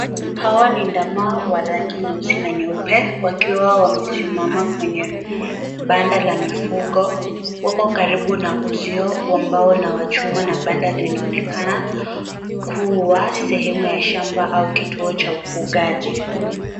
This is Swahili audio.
Hawa ni ndama wa rangi nyeusi na nyeupe, wakiwa wamesimama kwenye banda la mifugo, wapo karibu na uzio wa mbao na wa chuma na banda linaonekana kuwa sehemu ya shamba au kituo cha ufugaji.